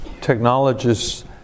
technologists